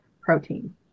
protein